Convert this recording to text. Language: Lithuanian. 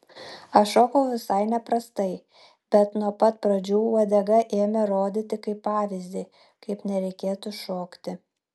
aš šokau visai neprastai bet nuo pat pradžių uodega ėmė rodyti kaip pavyzdį kaip nereikėtų šokti